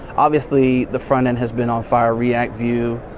obviously the front end has been on fire, react view.